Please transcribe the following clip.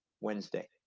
Wednesday